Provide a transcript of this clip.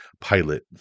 pilot